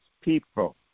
people